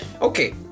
Okay